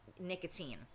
nicotine